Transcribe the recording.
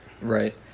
Right